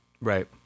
right